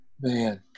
man